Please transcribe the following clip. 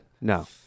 no